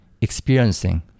experiencing